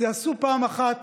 תעשו פעם אחת